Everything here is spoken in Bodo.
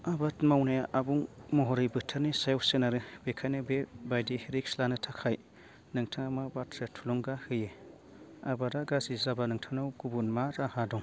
आबाद मावनाया आबुं महरै बोथोरनि सायाव सोनारो बेखायनो बे बायदि रिस्क लानो थाखाय नोंथाङा मा बाथ्रा थुलुंगा होयो आबादा गाज्रि जाबा नोंथांनाव गुबुन मा राहा दं